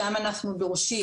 שם אנחנו דורשים.